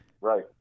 Right